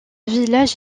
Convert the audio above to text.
village